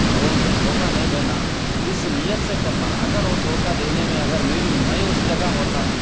لوگوں کو دھوکا نہیں دینا اس نیت سے کرنا اگر وہ دھوکا دینے میں اگر میری میں اس جگہ ہوتا